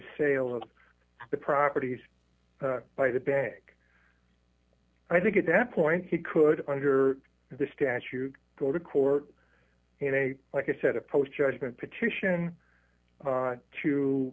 sale of the properties by the bank i think at that point he could under the statute go to court and i like i said a post judgment petition